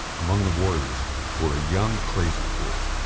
among the warriors were a young crazy horse,